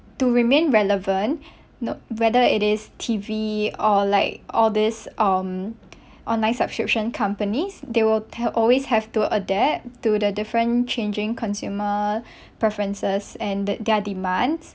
to remain relevant note whether it is T_V or like all these um online subscription companies they will tell always have to adapt to the different changing consumer preferences and that their demands